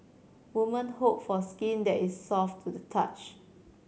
women hope for skin that is soft to the touch